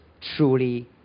truly